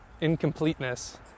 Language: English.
incompleteness